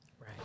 Right